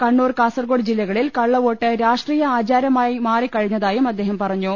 കണ്ണൂർ കാസർഗോഡ് ജില്ലകളിൽ കള്ളവോട്ട് രാഷ്ട്രീയ ആചാരമായി മാറി കഴിഞ്ഞതായും അദ്ദേഹം പറഞ്ഞു